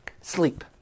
sleep